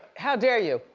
how dare you?